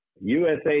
USA